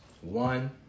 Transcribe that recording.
One